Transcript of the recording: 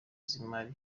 z’imari